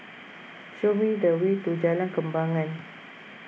show me the way to Jalan Kembangan